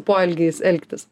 poelgiais elgtis